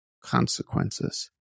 consequences